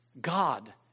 God